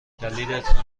دلیلتان